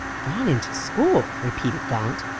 gone into school! repeated gaunt,